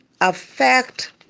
affect